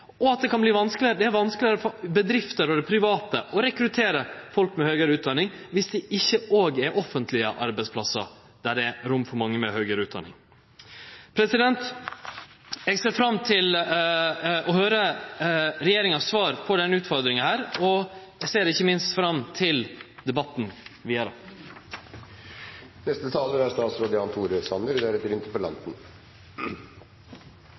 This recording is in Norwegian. det er vanskelegare for bedrifter og det private å rekruttere folk med høgare utdanning om det ikkje òg er offentlege arbeidsplassar, der det er rom for mange med høgare utdanning. Eg ser fram til å høyre regjeringas svar på denne utfordringa her, og eg ser ikkje minst fram til den vidare